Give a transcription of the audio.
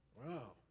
Wow